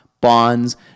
bonds